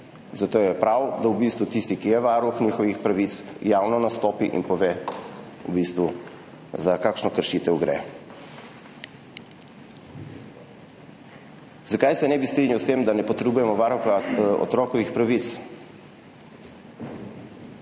Zato je prav, da tisti, ki je varuh njihovih pravic, javno nastopi in pove, za kakšno kršitev gre. Zakaj se ne bi strinjal s tem, da ne potrebujemo varuha otrokovih pravic?